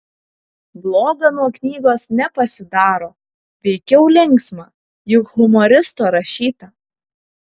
bloga nuo knygos nepasidaro veikiau linksma juk humoristo rašyta